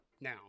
now